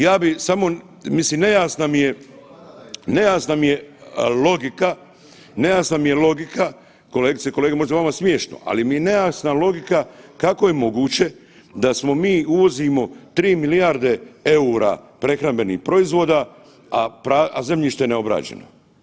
Ja bi samo, mislim nejasna mi je, nejasna mi je logika, nejasna mi je logika, kolegice i kolege možda je vama smiješno, ali mi je nejasna logika kako je moguće da smo mi uvozimo 3 milijarde EUR-a prehrambenih proizvoda, a zemljište neobrađeno.